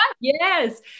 Yes